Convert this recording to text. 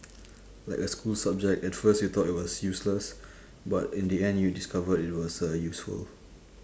like a school subject at first you thought it was useless but in the end you discovered it was uh useful